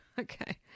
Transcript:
Okay